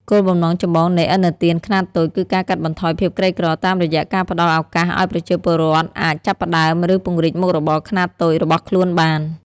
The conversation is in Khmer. គោលបំណងចម្បងនៃឥណទានខ្នាតតូចគឺការកាត់បន្ថយភាពក្រីក្រ តាមរយៈការផ្ដល់ឱកាសឱ្យប្រជាពលរដ្ឋអាចចាប់ផ្ដើម ឬពង្រីកមុខរបរខ្នាតតូចរបស់ខ្លួនបាន។